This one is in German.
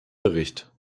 bericht